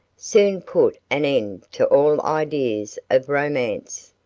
soon put an end to all ideas of romance.